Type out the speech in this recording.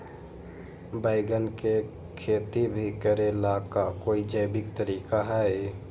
बैंगन के खेती भी करे ला का कोई जैविक तरीका है?